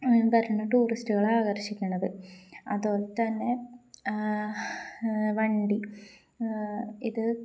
വരണ ടൂറിസ്റ്റുകളെ ആകർഷിക്കണത് അതുോൽ തന്നെ വണ്ടി ഇത്